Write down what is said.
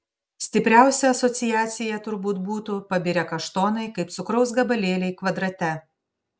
stipriausia asociacija turbūt būtų pabirę kaštonai kaip cukraus gabalėliai kvadrate